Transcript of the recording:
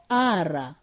ara